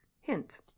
Hint